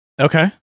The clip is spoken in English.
Okay